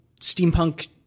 steampunk